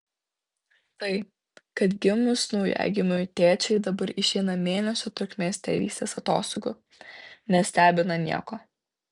tai kad gimus naujagimiui tėčiai dabar išeina mėnesio trukmės tėvystės atostogų nestebina nieko